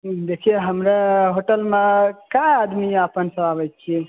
देखियौ हमरा होटल मे काय आदमी आपन सब आबै छियै